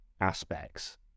aspects